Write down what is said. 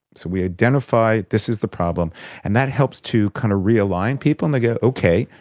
so we identify this is the problem and that helps to kind of realign people and they go, okay,